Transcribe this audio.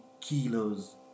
kilos